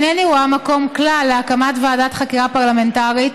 אינני רואה מקום כלל להקמת ועדת חקירה פרלמנטרית,